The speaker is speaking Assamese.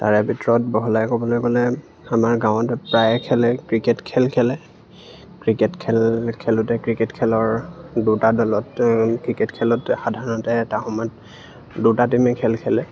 তাৰে ভিতৰত বহলাই ক'বলৈ গ'লে আমাৰ গাঁৱতে প্ৰায়ে খেলে ক্ৰিকেট খেল খেলে ক্ৰিকেট খেল খেলোঁতে ক্ৰিকেট খেলৰ দুটা দলত ক্ৰিকেট খেলত সাধাৰণতে এটা সময়ত দুটা টীমেই খেল খেলে